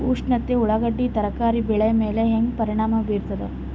ಉಷ್ಣತೆ ಉಳ್ಳಾಗಡ್ಡಿ ತರಕಾರಿ ಬೆಳೆ ಮೇಲೆ ಹೇಂಗ ಪರಿಣಾಮ ಬೀರತದ?